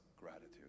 gratitude